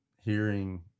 hearing